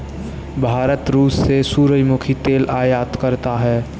भारत रूस से सूरजमुखी तेल आयात करता हैं